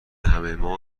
همهما